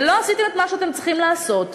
ולא עשיתם מה שאתם צריכים לעשות,